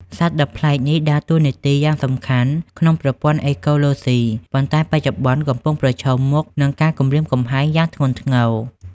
សត្វដ៏ប្លែកនេះដើរតួនាទីយ៉ាងសំខាន់ក្នុងប្រព័ន្ធអេកូឡូស៊ី ប៉ុន្តែបច្ចុប្បន្នកំពុងប្រឈមមុខនឹងការគំរាមកំហែងយ៉ាងធ្ងន់ធ្ងរ។